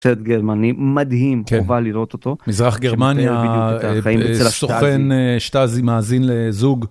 סרט גרמני מדהים, חובה לראות אותו. מזרח גרמניה, סוכן שטאזי מאזין לזוג.